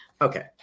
Okay